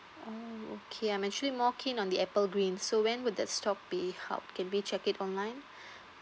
oh okay I'm actually more keen on the apple green so when would the stock be how can we check it online